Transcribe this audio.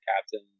captain